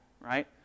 right